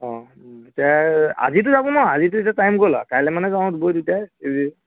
অঁ এতিয়া আজিতো যাব নোৱাৰা আজিটো এতিয়া টাইম গ'ল আৰু কাইলৈ মানে যাওঁত বই দুইটায়ই